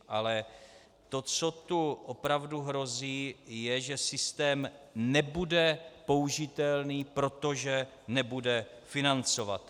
Ale to, co tu opravdu hrozí, je, že systém nebude použitelný, protože nebude financovatelný.